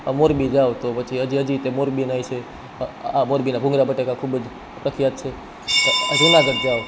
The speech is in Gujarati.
આ મોરબી જાવ તો પછી હજી હજી તે મોરબીના હશે આ મોરબીના ભૂંગળા બટાકા ખૂબ જ પ્રખ્યાત છે જુનાગઢ જાવ